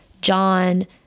John